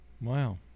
wow